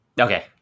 Okay